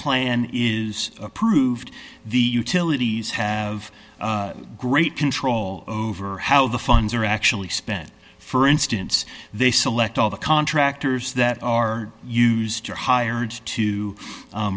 plan is approved the utilities have great control over how the funds are actually spent for instance they select all the contractors that are used are hired to